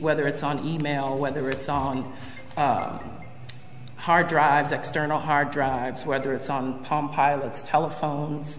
whether it's on e mail whether it's on hard drives external hard drives whether it's on palm pilots telephones